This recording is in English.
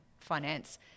finance